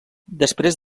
després